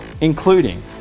including